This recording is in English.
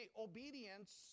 obedience